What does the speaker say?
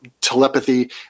telepathy